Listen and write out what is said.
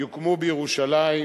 יוקם בירושלים.